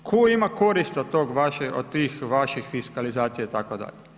Tko ima korist od tih vaših fiskalizacija itd.